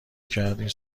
کرد، این